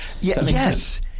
Yes